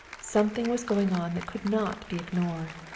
something was going on that could not be ignored.